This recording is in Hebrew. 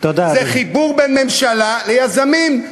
זה חיבור בין הממשלה ליזמים.